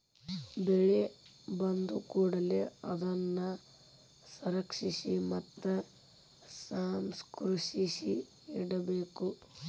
ಬೆಳೆ ಬಂದಕೂಡಲೆ ಅದನ್ನಾ ಸಂರಕ್ಷಿಸಿ ಮತ್ತ ಸಂಸ್ಕರಿಸಿ ಇಡಬೇಕು